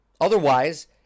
Otherwise